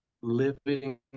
living